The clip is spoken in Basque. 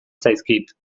zaizkit